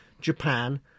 Japan